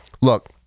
Look